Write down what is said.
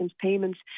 payments